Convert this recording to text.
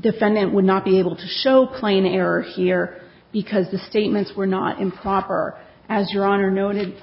defendant would not be able to show plain error here because the statements were not improper as your honor noted